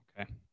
Okay